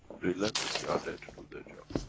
relentlessly are there to do their job.